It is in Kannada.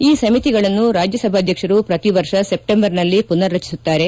ಈ ಸಮಿತಿಗಳನ್ನು ರಾಜ್ಯ ಸಭಾಧ್ಯಕ್ಷರು ಪ್ರತಿ ವರ್ಷ ಸೆಪ್ಟೆಂಬರ್ನಲ್ಲಿ ಪುನರ್ ರಚಿಸುತ್ತಾರೆ